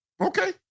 okay